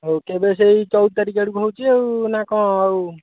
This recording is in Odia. ହଉ କେବେ ସେଇ ଚଉଦ ତାରିଖ ଆଡ଼କୁ ହେଉଛି ଆଉ ନା କ'ଣ ଆଉ